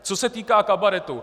Co se týká kabaretu.